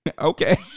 Okay